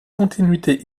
continuité